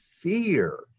fear